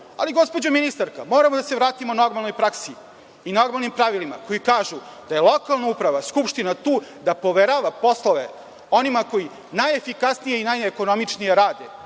gospođo ministarka, moramo da se vratimo normalnoj praksi i normalnim pravilima, koji kažu da je lokalna uprava, skupština, tu da poverava poslove onima koji najefikasnije i najekonomičnije rade,